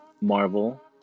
Marvel